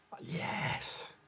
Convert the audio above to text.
Yes